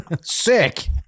sick